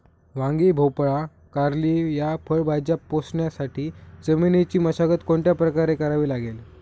वांगी, भोपळा, कारली या फळभाज्या पोसण्यासाठी जमिनीची मशागत कोणत्या प्रकारे करावी लागेल?